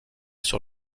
sur